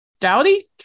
Dowdy